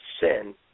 sin